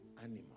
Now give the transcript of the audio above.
animal